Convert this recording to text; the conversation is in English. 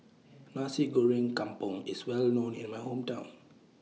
Nasi Goreng Kampung IS Well known in My Hometown